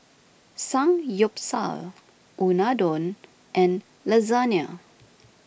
Samgyeopsal Unadon and Lasagna